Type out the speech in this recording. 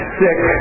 sick